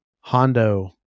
Hondo